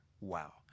Wow